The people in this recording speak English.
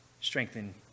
strengthen